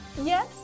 Yes